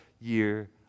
year